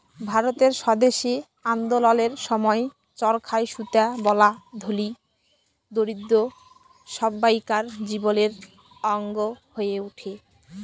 ভারতের স্বদেশী আল্দললের সময় চরখায় সুতা বলা ধলি, দরিদ্দ সব্বাইকার জীবলের অংগ হঁয়ে উঠে